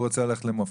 הוא רוצה ללכת למופת.